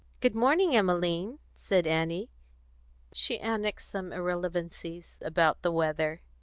good morning, emmeline, said annie she annexed some irrelevancies about the weather,